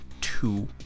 two